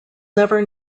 never